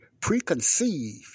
preconceived